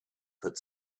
put